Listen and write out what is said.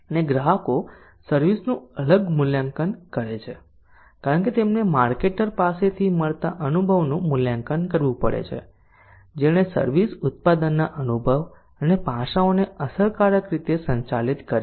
અને ગ્રાહકો સર્વિસ નું અલગ મૂલ્યાંકન કરે છે કારણ કે તેમને માર્કેટર પાસેથી મળતા અનુભવનું મૂલ્યાંકન કરવું પડે છે જેણે સર્વિસ ઉત્પાદનના અનુભવ અને પાસાઓને અસરકારક રીતે સંચાલિત કર્યા છે